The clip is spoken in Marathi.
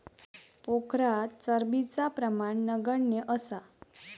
पोखरात चरबीचा प्रमाण नगण्य असा